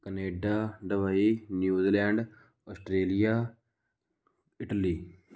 Canada Dubai New Zealand Australia Italy